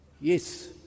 Yes